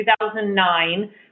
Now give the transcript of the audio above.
2009